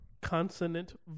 consonant